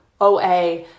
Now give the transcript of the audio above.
OA